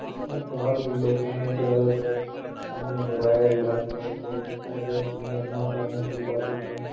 ਉਸ ਤੋਂ ਬਾਅਦ ਹੀ ਲੋਕਾਂ ਨੇ ਜ਼ਿਆਦਾਤਰ ਕੰਮ ਮੋਬਾਇਲ ਲੈਪਟੋਪ ਟੈਬਲੇਟਸ ਦੀ ਮਦਦ ਨਾਲ ਕਰਨੇ ਸ਼ੁਰੂ ਕਰ ਦਿੱਤੇ ਹਨ